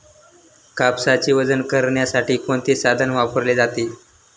कापसाचे वजन करण्यासाठी कोणते साधन वापरले जाते?